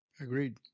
Agreed